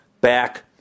back